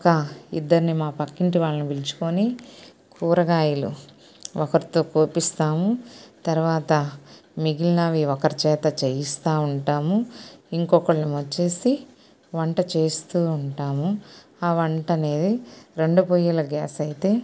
ఒక ఇద్దరిని మా పక్కింటి వాళ్ళని పిలుచుకొని కూరగాయలు ఒకరితో కోపిస్తాము తర్వాత మిగిలినవి ఒకరి చేత చెయ్యిస్తూ ఉంటాము ఇంకొకరు వచ్చేసి వంట చేస్తూ ఉంటాము ఆ వంట అనేది రెండు పొయ్యల గ్యాస్ అయితే